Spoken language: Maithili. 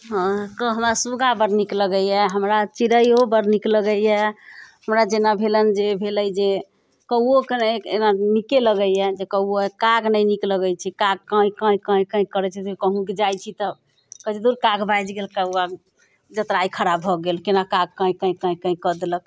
हँ हमरा सुगा बड्ड नीक लगैया हमरा चिड़ैयो बड्ड नीक लगैया हमरा जेना भेलैनि जे भेलै जे कौओ कऽ एना नीके लगैया जे कौआ काग नहि नीक लगैत छै काग कांँय कांँय कांँय कांँय करैत छै जे कहूँ जाइत छी तऽ कहैत छै धुर काग बाजि गेल कौआ जतरा आइ खराब भऽ गेल केना काग कांँय कांँय कांँय कांँय कऽ देलक